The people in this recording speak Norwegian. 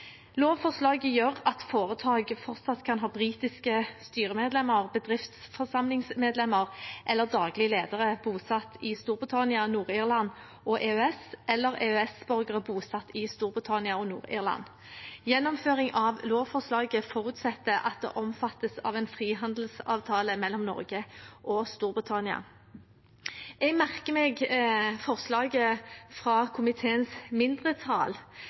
Lovforslaget gjør at foretak fortsatt kan ha britiske styremedlemmer, bedriftsforsamlingsmedlemmer eller daglige ledere bosatt i Storbritannia, Nord-Irland og EØS eller EØS-borgere bosatt i Storbritannia og Nord-Irland. Gjennomføring av lovforslaget forutsetter at det omfattes av en frihandelsavtale mellom Norge og Storbritannia. Jeg merker meg forslaget fra komiteens mindretall